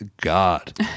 God